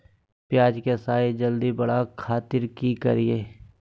प्याज के साइज जल्दी बड़े खातिर की करियय?